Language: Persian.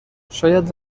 شاید